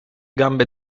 gambe